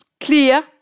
clear